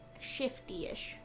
shifty-ish